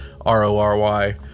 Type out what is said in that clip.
R-O-R-Y